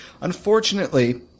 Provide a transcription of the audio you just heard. Unfortunately